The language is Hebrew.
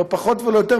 לא פחות ולא יותר,